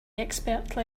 expertly